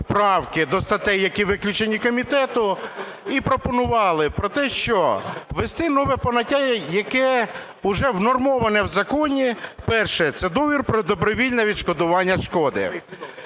правки до статей, які виключені комітетом, і пропонували про те, що ввести нове поняття, яке вже внормоване в законі, перше - це договір про добровільне відшкодування шкоди,